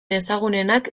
ezagunenak